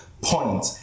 point